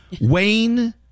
Wayne